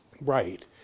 right